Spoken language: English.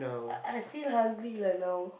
I I feel hungry lah now